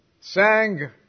sang